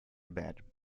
bed